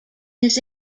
his